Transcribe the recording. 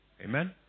Amen